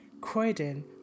Croydon